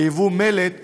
ויבוא המלט חשוב,